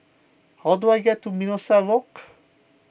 how do I get to Mimosa Walk